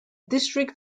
district